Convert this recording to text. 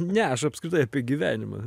ne aš apskritai apie gyvenimą